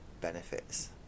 benefits